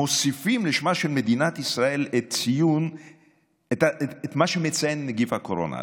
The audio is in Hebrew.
מוסיפים לשמה של מדינת ישראל את מה שמציין נגיף הקורונה,